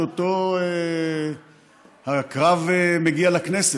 או-טו-טו הקרב מגיע לכנסת.